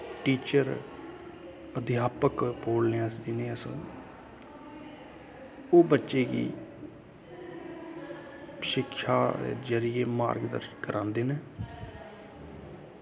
teacher आध्यापक बोलने जिनेंगी अस ओह् बच्चे गी शिक्षा दे जरिए मार्ग दर्शन करांदे न